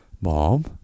Mom